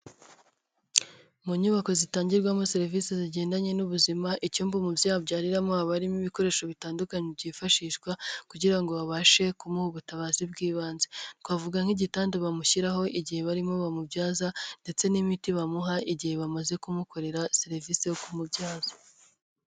Mu nyubako zitangirwamo serivisi zigendanye n'ubuzima, icyumba umubyeyi abyariramo habamo ibikoresho bitandukanye byifashishwa kugira ngo babashe kumuha ubutabazi bw'ibanze. twavuga nk'igitanda bamushyiraho igihe barimo bamubyaza ndetse n'imiti bamuha igihe bamaze kumukorera serivisi yo kumubyaza.